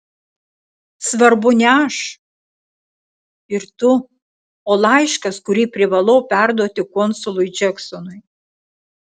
svarbu ne aš ir tu o laiškas kurį privalau perduoti konsului džeksonui